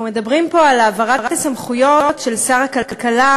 אנחנו מדברים פה על העברת הסמכויות של שר הכלכלה,